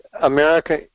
America